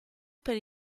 per